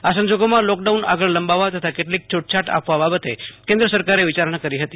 આ સંજોગોમાં લોકડાઉન આગળ લંબાવવા તથા કેટલીક છૂટછાટ આપવા બાબતે કેન્દ્ર સરકારે વીચારણા કરી હતી